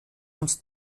uns